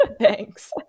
Thanks